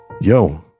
yo